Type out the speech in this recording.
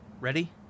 Ready